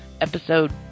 episode